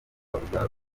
urubyaro